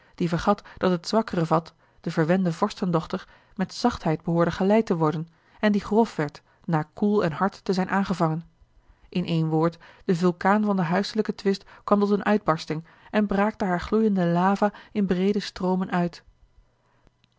die vergat dat het zwakkere vat de verwende vorstendochter met zachtheid behoorde geleid te worden en die grof werd na koel en hard te zijn aangevangen in één woord de vulkaan van den huiselijken twist kwam tot eene uitbarsting en braakte haar gloeiende lava in breede stroomen uit